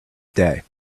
day